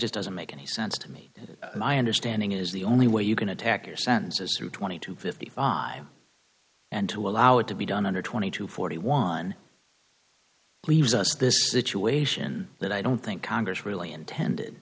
just doesn't make any sense to me my understanding is the only way you can attack your senses who twenty to fifty five and to allow it to be done under twenty two forty one leaves us this situation that i don't think congress really intended